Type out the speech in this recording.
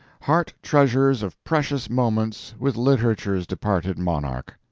heart treasures of precious moments with literature's departed monarch.